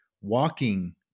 walking